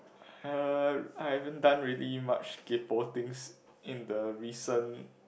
uh I haven't done really much kaypoh things in the recent